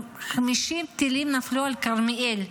50 טילים נפלו על כרמיאל,